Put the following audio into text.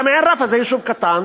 גם עין-ראפה זה יישוב קטן,